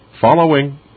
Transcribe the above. following